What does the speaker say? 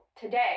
today